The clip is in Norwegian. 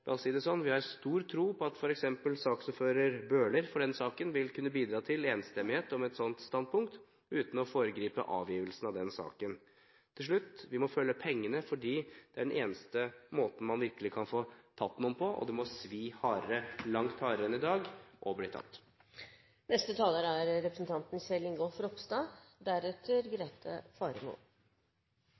si det slik, vi har stor tro på at f.eks. saksordfører Bøhler vil kunne bidra til enstemmighet om et slikt standpunkt, uten å foregripe avgivelsen av den saken. Til slutt: Vi må følge pengene, fordi det er den eneste måten man virkelig kan få tatt noen på, og det må svi hardere, langt hardere enn i dag, å bli tatt. Dette er